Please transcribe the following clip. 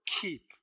keep